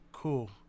Cool